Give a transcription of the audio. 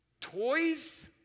toys